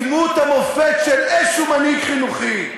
מדמות המופת של איזה מנהיג חינוכי.